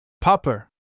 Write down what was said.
Popper